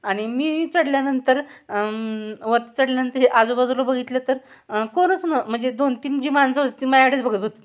आणि मी चढल्यानंतर वर चढल्यानंतर हे आजूबाजूला बघितलं तर कोणच न म्हणजे दोन तीन जी माणसं होती ती माझ्याकडेच बघत होती